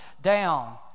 down